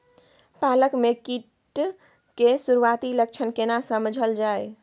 पालक में कीट के सुरआती लक्षण केना समझल जाय?